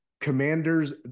commander's